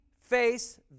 face